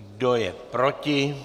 Kdo je proti?